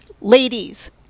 Ladies